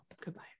goodbye